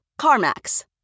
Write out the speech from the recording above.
CarMax